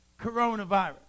coronavirus